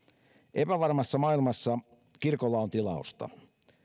epävarmassa maailmassa kirkolla on tilausta